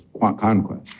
conquest